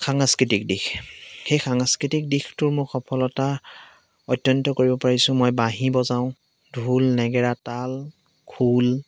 সাংস্কৃতিক দিশ সেই সাংস্কৃতিক দিশটোৰ মোৰ সফলতা অত্যন্ত কৰিব পাৰিছোঁ মই বাঁহী বজাওঁ ঢোল নেগেৰা তাল খোল